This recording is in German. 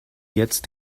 jetzt